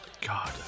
God